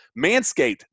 Manscaped